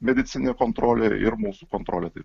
medicininė kontrolė ir mūsų kontrolė tai